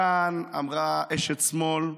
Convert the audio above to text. כאן אמרה אשת שמאל,